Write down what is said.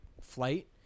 flight